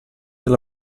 alla